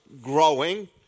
growing